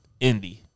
indie